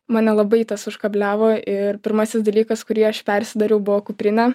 mane labai tas užkabliavo ir pirmasis dalykas kurį aš persidariau buvo kuprinė